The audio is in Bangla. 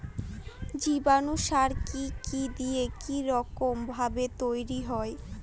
জীবাণু সার কি কি দিয়ে কি রকম ভাবে তৈরি হয়?